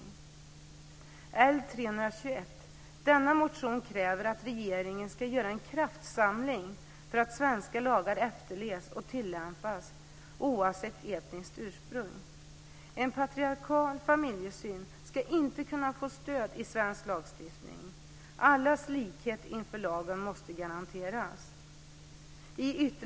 I motion L321 krävs det att regeringen ska göra en kraftsamling så att svenska lagar efterlevs och tillämpas oavsett etniskt ursprung. En patriarkalisk familjesyn ska inte kunna få stöd i svensk lagstiftning. Allas likhet inför lagen måste garanteras.